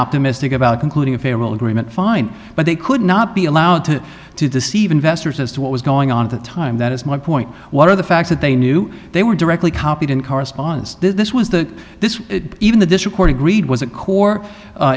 optimistic about concluding a farewell agreement fine but they could not be allowed to to deceive investors as to what was going on at the time that is my point what are the facts that they knew they were directly copied in correspondence this was the this even though this record agreed was a core